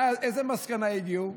לאיזו מסקנה הגיעו?